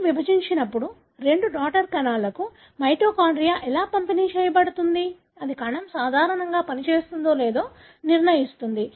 కణం విభజించినప్పుడు రెండు డాటర్ కణాలకు మైటోకాండ్రియా ఎలా పంపిణీ చేయబడుతుంది అది కణం సాధారణంగా పనిచేస్తుందో లేదో నిర్ణయిస్తుంది